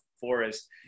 forest